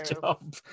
job